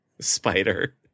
spider